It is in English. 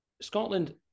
Scotland